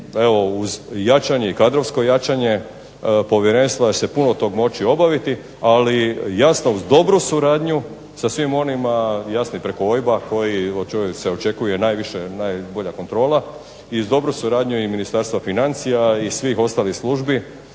evo uz jačanje i kadrovsko jačanje povjerenstva se puno tog moći obaviti, ali jasno uz dobru suradnju sa svim onima jasno preko OIB-a koji se očekuje najviše, najbolja kontrola i uz dobru suradnju i Ministarstva financija i svih ostalih službi,